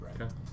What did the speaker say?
Okay